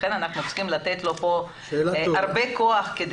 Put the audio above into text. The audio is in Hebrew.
לכן אנחנו צריכים לתת לו פה הרבה כוח.